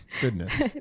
Goodness